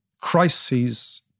crises